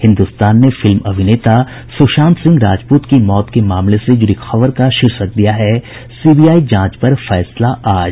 हिन्दुस्तान ने फिल्म अभिनेता सुशांत सिंह राजपूत की मौत के मामले से जुड़ी खबर का शीर्षक दिया है सीबीआई जांच पर फैसला आज